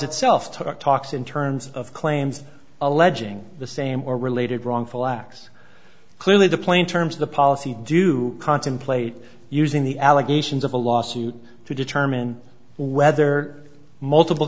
took talks in terms of claims alleging the same or related wrongful acts clearly the plain terms of the policy do contemplate using the allegations of a lawsuit to determine whether multiple